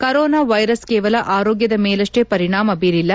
corona virus ಕೇವಲ ಆರೋಗ್ಲದ ಮೇಲಷ್ಲೇ ಪರಿಣಾಮ ಬೀರಿಲ್ಲ